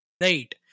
Right